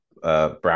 Brown